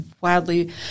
wildly